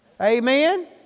Amen